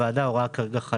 אתה יודע מה?